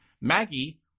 Maggie